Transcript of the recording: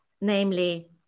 namely